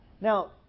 Now